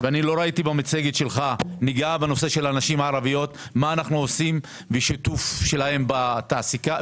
ולא ראיתי במצגת שלך נגיעה בנושא הנשים הערביות ושיתוף שלהן בתעסוקה,